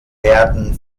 werden